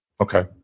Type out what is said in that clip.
Okay